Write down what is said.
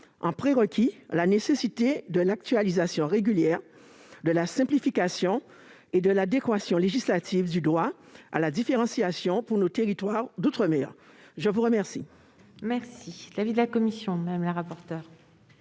un prérequis : la nécessité de l'actualisation régulière, de la simplification et de l'adéquation législative du droit à la différenciation pour nos territoires d'outre-mer. Quel est l'avis de la commission ? Chère collègue,